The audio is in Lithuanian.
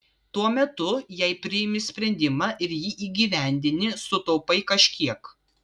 tuo metu jei priimi sprendimą ir jį įgyvendini sutaupai kažkiek